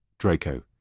Draco